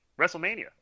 WrestleMania